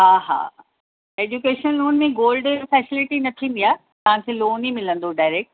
हा हा education loan में गोल्ड जी फेसेलिटी न थींदी आहे तव्हांखे लोन ई मिलंदो डाइरेक्ट